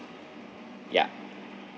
ya